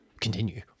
continue